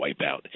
wipeout